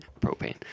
propane